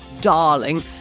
darling